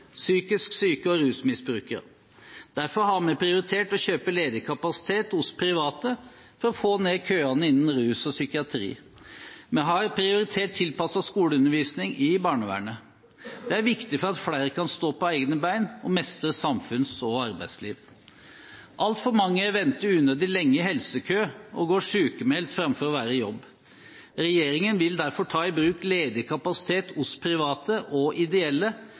psykisk syke og rusmisbrukere. Derfor har vi prioritert å kjøpe ledig kapasitet hos private for å få ned køene innenfor rus og psykiatri. Vi har prioritert tilpasset skoleundervisning i barnevernet. Dette er viktig for at flere kan stå på egne ben og mestre samfunns- og arbeidsliv. Altfor mange venter unødvendig lenge i helsekø og går sykmeldt framfor å være i jobb. Regjeringen vil derfor ta i bruk ledig kapasitet hos private og ideelle